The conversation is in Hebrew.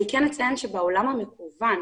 אני כן אציין שבעולם המקוון,